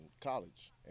college